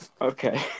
Okay